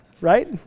right